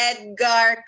Edgar